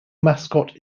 mascot